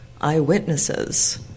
eyewitnesses